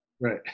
right